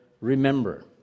remember